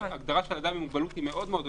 כי הגדרה של אדם עם מוגבלות היא מאוד מאוד רחבה.